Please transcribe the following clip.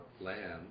land